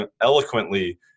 eloquently